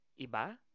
iba